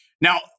Now